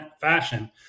fashion